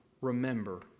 remember